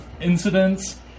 incidents